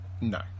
no